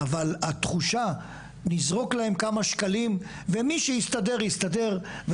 אבל התחושה נזרוק להם כמה שקלים ומי שיסתדר יסתדר,